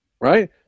Right